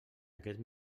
aquest